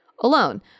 alone